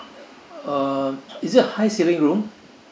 uh is it a high ceiling room